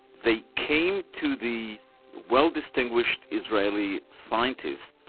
they came to the well-distinguished israeli scientist,